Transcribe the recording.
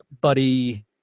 buddy